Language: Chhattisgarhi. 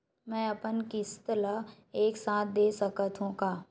मै अपन किस्त ल एक साथ दे सकत हु का?